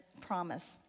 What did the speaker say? promise